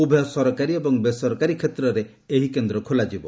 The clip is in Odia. ଉଭୟ ସରକାରୀ ଏବଂ ବେସରକାରୀ କ୍ଷେତ୍ରରେ ଏହି କେନ୍ଦ୍ର ଖୋଲାଯିବ